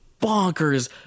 bonkers